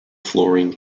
fluorine